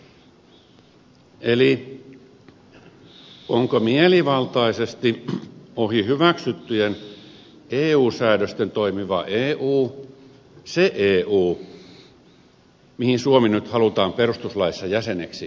eli onko mielivaltaisesti ohi hyväksyttyjen eu säädösten toimiva eu se eu mihin suomi nyt halutaan perustuslaissa jäseneksi niitata